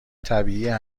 طبیعیه